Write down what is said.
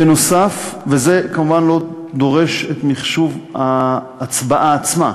בנוסף, וזה כמובן לא דורש את מחשוב ההצבעה עצמה,